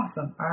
Awesome